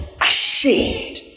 ashamed